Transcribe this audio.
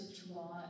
draw